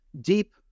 deep